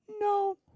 No